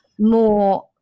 more